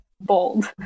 BOLD